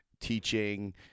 teaching